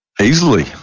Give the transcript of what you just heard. easily